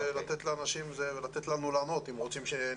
לתת לנו לענות, אם רוצים שנענה.